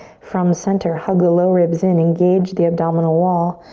from center, hug the low ribs in, engage the abdominal wall,